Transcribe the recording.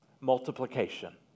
Multiplication